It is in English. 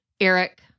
Eric